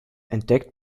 entdeckt